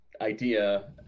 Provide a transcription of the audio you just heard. idea